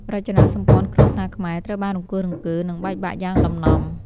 រចនាសម្ព័ន្ធគ្រួសារខ្មែរត្រូវបានរង្គោះរង្គើ និងបែកបាក់យ៉ាងដំណំ។